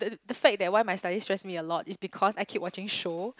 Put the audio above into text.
the fact that why my study stress me a lot is because I keep watching show